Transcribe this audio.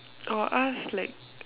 or ask like